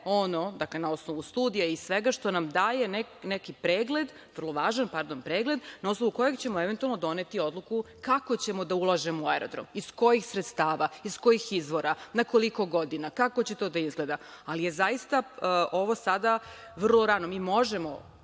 ono, dakle na osnovu studija i svega što nam daje neki pregled, vrlo važan pregled, na osnovu koga će, eventualno, doneti odluku kako ćemo da ulažemo u aerodrom, iz kojih sredstava, iz kojih izvora, na koliko godina, kako će to da izgleda? Zaista je ovo sada vrlo rano. Mi možemo,